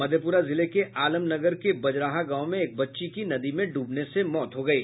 मधेपूरा जिले के आलमनगर के बजराहा गांव में एक बच्ची की नदी में डूबने से मौत हो गयी